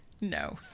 no